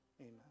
amen